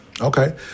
Okay